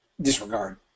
disregard